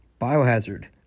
Biohazard